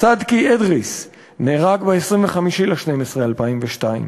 סדקי אדריס נהרג ב-25 בדצמבר 2002,